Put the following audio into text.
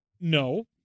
No